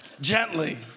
Gently